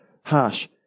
harsh